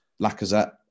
Lacazette